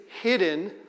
hidden